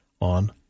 on